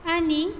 आनी